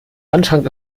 wandschrank